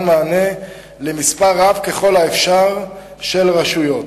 מענה למספר גדול ככל האפשר של רשויות.